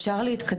יצא